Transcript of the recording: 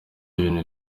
ibintu